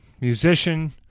musician